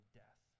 death